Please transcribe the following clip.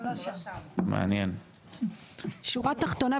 שורה תחתונה,